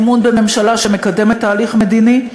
אמון בממשלה שמקדמת תהליך מדיני.